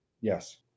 Yes